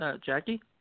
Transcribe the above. Jackie